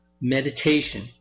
meditation